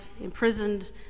imprisoned